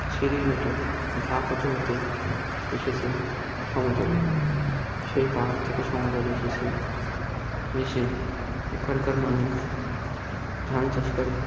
সিঁড়ির মতো ধাপ হতে হতে এসেছে সমতলে সেই পাহাড় থেকে সমতলে এসেছে এসে ওখানকার মানুষ ধান চাষ করে